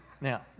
now